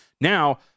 Now